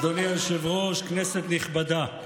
אדוני היושב-ראש, כנסת נכבדה,